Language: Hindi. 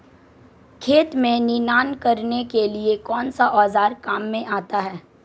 खेत में निनाण करने के लिए कौनसा औज़ार काम में आता है?